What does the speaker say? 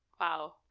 Wow